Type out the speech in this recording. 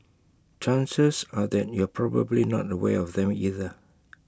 chances are that you're probably not aware of them either